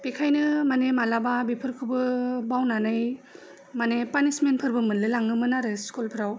बेखायनो माने मालाबा बेफोरखौबो बावनानै पानिसमेन्त फोरबो मोनलाय लाङोमोन आरो स्कुलफ्राव